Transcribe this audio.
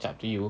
it's up to you